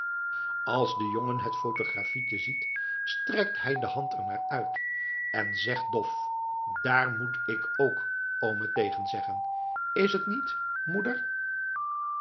als de jongen het photographietje ziet strekt hij de hand er naar uit en zegt dof daar moet ik ook oome tegen zeggen is t niet moeder